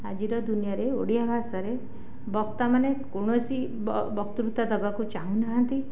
ଆଜିର ଦୁନିଆରେ ଓଡ଼ିଆ ଭାଷାରେ ବକ୍ତାମାନେ କୋଣସି ବକ୍ତୃତା ଦେବାକୁ ଚାହୁଁ ନାହାନ୍ତି